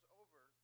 over